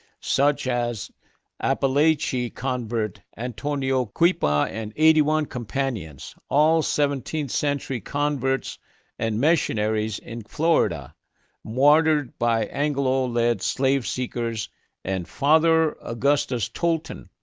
such as apalachee convert antonio cuipa and eighty one companions, all seventeenth century converts and missionaries in florida martyred by anglo-led slave seekers and father augustus tolton,